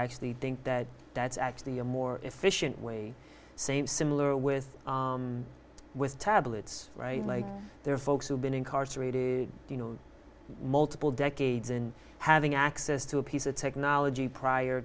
actually think that that's actually a more efficient way same similar with with tablets like there are folks who've been incarcerated you know multiple decades and having access to a piece of technology prior